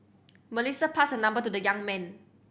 Melissa passed her number to the young man